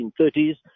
1930s